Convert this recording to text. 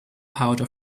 powder